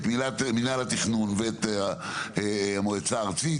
את מינהל התכנון ואת המועצה הארצית,